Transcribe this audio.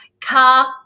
Car